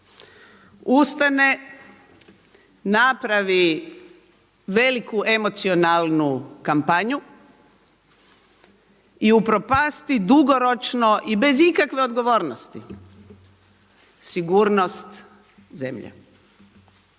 ustane, napravi veliku emocionalnu kampanju i upropasti dugoročno i bez ikakve odgovornosti sigurnost zemlje.